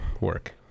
work